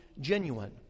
genuine